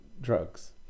drugs